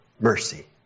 mercy